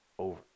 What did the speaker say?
over